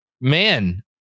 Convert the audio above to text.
man